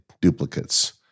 duplicates